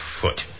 foot